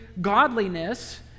godliness